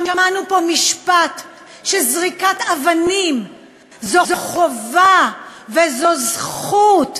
שמענו פה משפט שזריקת אבנים זו חובה וזו זכות.